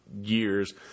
years